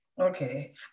Okay